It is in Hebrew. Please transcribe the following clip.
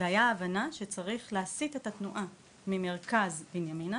והייתה הבנה שצריך להסית את התנועה ממרכז בנימינה